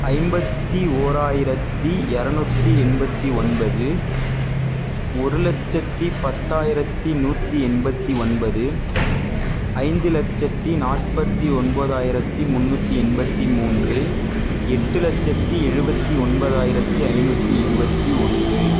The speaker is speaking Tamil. ஐம்பத்து ஓராயிரத்து எரநூற்றி எண்பத்து ஒன்பது ஒரு லட்சத்து பத்தாயிரத்து நூற்றி எண்பத்து ஒன்பது ஐந்து லட்சத்து நாற்பத்து ஒன்பதாயிரத்து முன்னூற்றி எண்பத்து மூன்று எட்டு லட்சத்து எழுவத்து ஒன்பதாயிரத்து ஐநூற்றி இருபத்தி ஒன்று